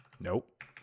Nope